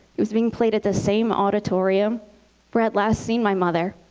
it was being played at the same auditorium where i'd last seen my mother,